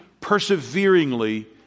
perseveringly